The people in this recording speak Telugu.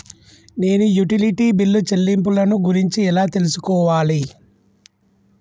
నేను యుటిలిటీ బిల్లు చెల్లింపులను గురించి ఎలా తెలుసుకోవాలి?